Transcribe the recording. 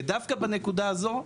ודווקא בנקודה הזו,